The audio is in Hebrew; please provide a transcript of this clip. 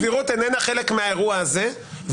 סבירות איננה חלק מהאירוע הזה,